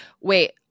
wait